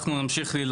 אנחנו נמשיך להילחם,